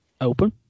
open